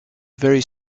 very